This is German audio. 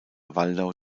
waldau